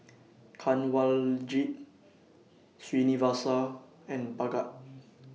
Kanwaljit Srinivasa and Bhagat